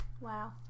Wow